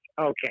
okay